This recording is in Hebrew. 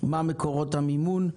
מה מקורות המימון,